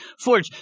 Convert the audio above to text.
forge